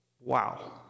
Wow